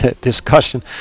discussion